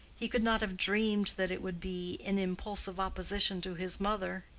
he could not have dreamed that it would be in impulsive opposition to his mother.